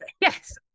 yes